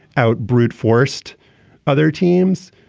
out brute forced other teams.